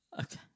Okay